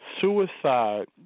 suicide